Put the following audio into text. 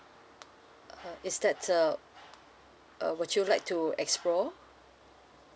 uh is that's uh uh would you like to explore